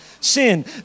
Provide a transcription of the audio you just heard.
Sin